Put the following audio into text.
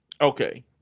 Okay